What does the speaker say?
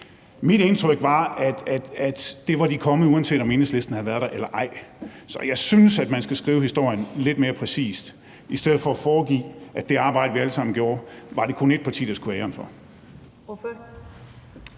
Mit indtryk var, at det var de kommet, uanset om Enhedslisten havde været der eller ej. Så jeg synes, man skal skrive historien lidt mere præcist i stedet for at foregive, at det arbejde, vi alle sammen gjorde, var det kun ét parti, der skulle have æren for.